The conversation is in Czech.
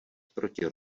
proti